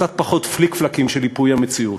קצת פחות פליק-פלאקים של ייפוי המציאות.